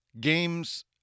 Games